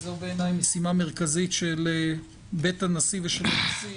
זו בעיניי משימה מרכזית של בית הנשיא ושל הנשיא.